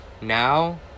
now